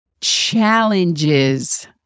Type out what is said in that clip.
challenges